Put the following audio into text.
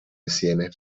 insieme